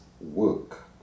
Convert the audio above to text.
work